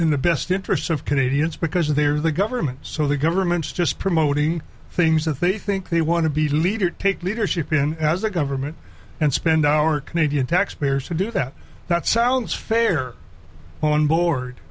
in the best interests of canadians because they are the government so the government's just promoting things that they think they want to be leader take leadership in the government and spend our canadian taxpayers to do that that sounds fair on board